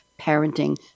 parenting